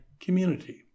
community